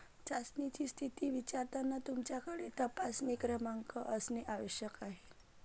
चाचणीची स्थिती विचारताना तुमच्याकडे तपासणी क्रमांक असणे आवश्यक आहे